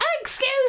excuse